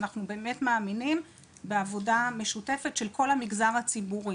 אנחנו באמת מאמינים בעבודה משותפת של כל המגזר הציבורי,